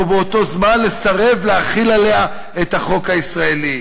ובאותו זמן לסרב להחיל עליה את החוק הישראלי.